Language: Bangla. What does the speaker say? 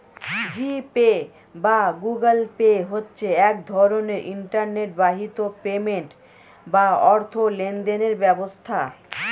জি পে বা গুগল পে হচ্ছে এক রকমের ইন্টারনেট বাহিত পেমেন্ট বা অর্থ লেনদেনের ব্যবস্থা